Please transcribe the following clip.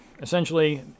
Essentially